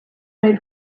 mail